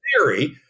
theory